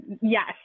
yes